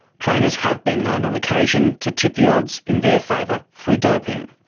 trainers have been known on occasion to tip the odds in their favour through doping,